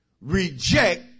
reject